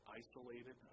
isolated